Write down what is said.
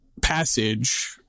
passage